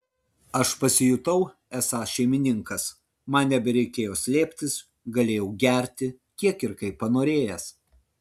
aš pasijutau esąs šeimininkas man nebereikėjo slėptis galėjau gerti kiek ir kaip panorėjęs